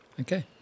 Okay